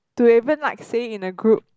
to even like say in the group